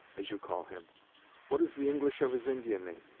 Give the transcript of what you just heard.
as you call him what is the english of his indian name?